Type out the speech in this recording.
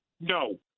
No